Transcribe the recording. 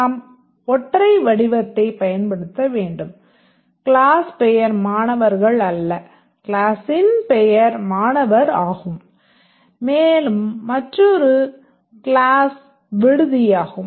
நாம் ஒற்றை வடிவத்தைப் பயன்படுத்த வேண்டும் கிளாஸ் பெயர் மாணவர்கள் அல்ல கிளாஸ்ஸின் பெயர் மாணவர் ஆகும் மேலும் மற்றொரு கிளாஸ் விடுதியாகும்